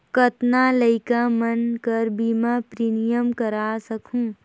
कतना लइका मन कर बीमा प्रीमियम करा सकहुं?